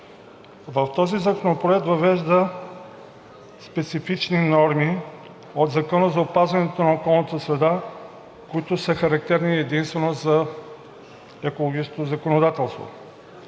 Този законопроект въвежда специфични норми от Закона за опазването на околната среда, които са характерни единствено за екологичното законодателство.